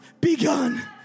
begun